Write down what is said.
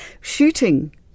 Shooting